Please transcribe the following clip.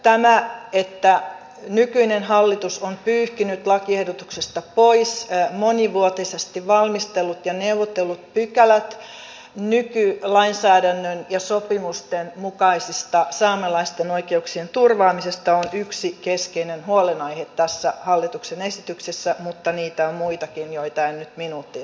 tämä että nykyinen hallitus on pyyhkinyt lakiehdotuksesta pois monivuotisesti valmistellut ja neuvotellut pykälät nykylainsäädännön ja sopimusten mukaisesta saamelaisten oikeuksien turvaamisesta on yksi keskeinen huolenaihe tässä hallituksen esityksessä mutta niitä on muitakin joita en nyt minuuttiin saa mahtumaan